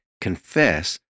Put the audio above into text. confess